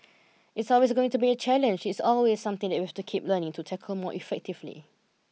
it's always going to be a challenge it's always something that we have to keep learning to tackle more effectively